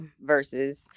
versus